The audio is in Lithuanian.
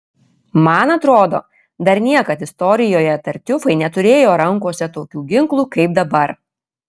man atrodo dar niekad istorijoje tartiufai neturėjo rankose tokių ginklų kaip dabar